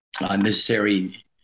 Unnecessary